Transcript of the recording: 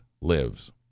lives